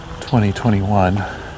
2021